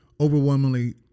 overwhelmingly